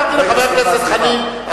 אמרתי לחבר הכנסת חנין,